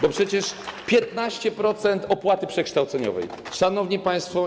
Bo przecież 15% opłaty przekształceniowej... Szanowni Państwo!